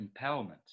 empowerment